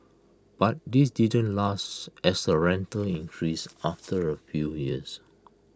but this didn't last as the rental increased after A few years